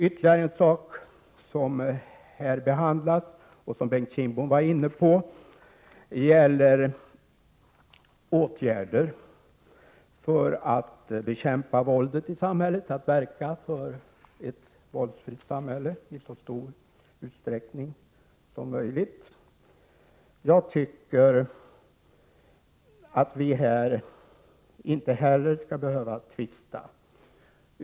Ytterligare en sak som behandlas här och som Bengt Kindbom var inne på gäller åtgärder för att bekämpa våldet i samhället och verka för ett i så stor utsträckning som möjligt våldsfritt samhälle. Jag tycker att vi inte heller här skall behöva tvista.